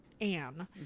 Anne